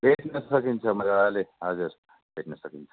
भेट्न सकिन्छ मजाले हजुर भेट्न सकिन्छ